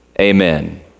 amen